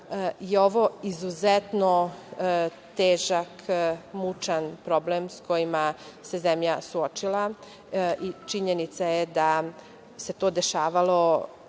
je ovo izuzetno težak, mučan problem sa kojima se zemlja suočila i činjenica je da se to dešavalo